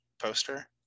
poster